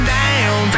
down